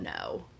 no